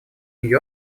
нью